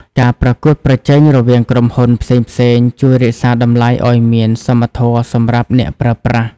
ការប្រកួតប្រជែងរវាងក្រុមហ៊ុនផ្សេងៗជួយរក្សាតម្លៃឱ្យមានសមធម៌សម្រាប់អ្នកប្រើប្រាស់។